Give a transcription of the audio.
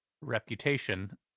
reputation